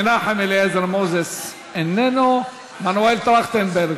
מנחם אליעזר מוזס, איננו, מנואל טרכטנברג,